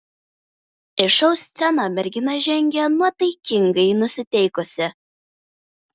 į šou sceną mergina žengė nuotaikingai nusiteikusi